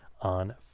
on